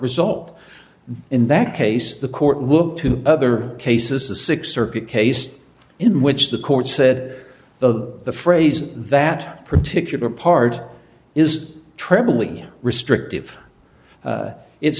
result in that case the court look to other cases the six circuit case in which the court said the phrase that particular part is troubling restrictive